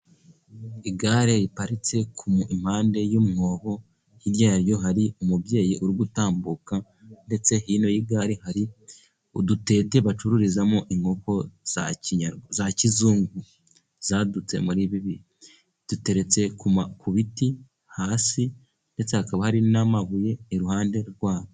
Igare riparitse impande y'umwobo. Hirya yaryo hari umubyeyi uri gutambuka, ndetse hino y'igare hari udutete bacururizamo inkoko za kizungu, zadutse muri ibi bihe. Duteretse ku biti hasi, ndetse hakaba hari n'amabuye iruhande rwabo.